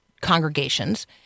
congregations